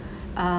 uh